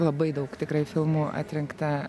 labai daug tikrai filmų atrinkta